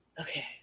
Okay